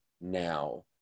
now